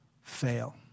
fail